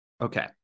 Okay